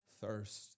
thirst